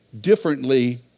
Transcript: differently